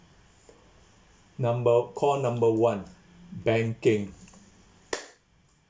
number call number one banking